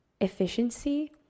efficiency